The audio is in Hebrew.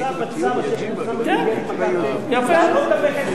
מוצע בצו אשר פורסם במסגרת מק"ח 1630,